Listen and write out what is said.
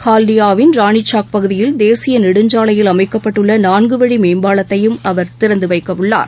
ஹால்டியாவின் ராணிசாக் பகுதியில் தேசிய் நெடுஞ்சாலையில் அமைக்கப்பட்டுள்ள நான்குவழி மேம்பாலத்தையும் அவர் திறந்து வைக்க உள்ளார்